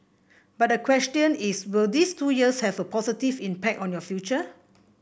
but the question is will these two years have a positive impact on your future